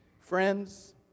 Friends